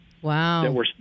Wow